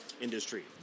industry